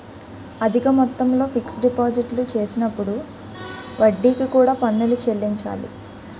అధిక మొత్తంలో ఫిక్స్ డిపాజిట్లు చేసినప్పుడు వడ్డీకి కూడా పన్నులు చెల్లించాలి